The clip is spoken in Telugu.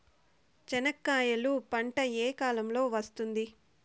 చెనక్కాయలు పంట ఏ కాలము లో వస్తుంది